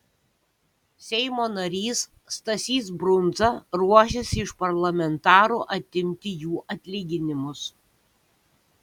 seimo narys stasys brundza ruošiasi iš parlamentarų atimti jų atlyginimus